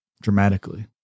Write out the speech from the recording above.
dramatically